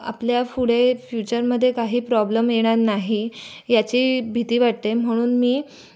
आपल्या पुढे फ्युचरमध्ये काही प्रॉब्लम येणार नाही याची भीती वाटते म्हणून मी